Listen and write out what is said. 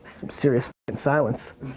some serious and silence.